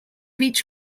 each